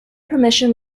permission